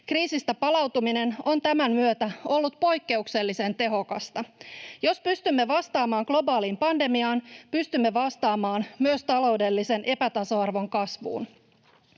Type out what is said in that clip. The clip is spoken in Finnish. Kriisistä palautuminen on tämän myötä ollut poikkeuksellisen tehokasta. Jos pystymme vastaamaan globaaliin pandemiaan, pystymme vastaamaan myös taloudellisen epätasa-arvon kasvuun,